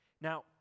Now